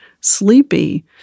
sleepy